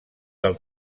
del